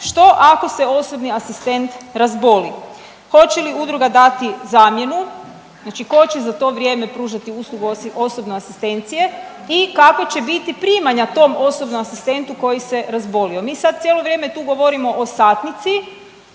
što ako se osobni asistent razboli. Hoće li udruga dati zamjenu? Znači tko će za to vrijeme pružati uslugu osobne asistencije? I kako će biti primanja tom osobnom asistentu koji se razbolio? Mi sada cijelo vrijeme tu govorimo o satnici.